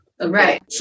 right